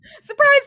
surprise